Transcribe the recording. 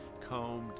combed